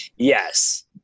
Yes